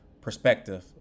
perspective